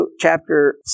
chapter